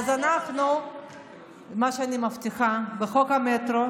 מה שאני מבטיחה זה שבחוק המטרו